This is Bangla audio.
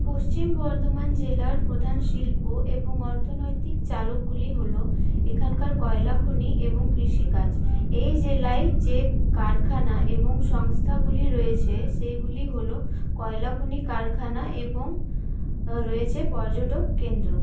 পশ্চিম বর্ধমান জেলার প্রধান শিল্প এবং অর্থনৈতিক চালকগুলি হলো এখানকার কয়লা খনি এবং কৃষিকাজ এই জেলায় যে কারখানা এবং সংস্থাগুলি রয়েছে সেগুলি হল কয়লা খনি কারখানা এবং রয়েছে পর্যটক কেন্দ্র